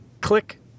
click